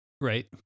Right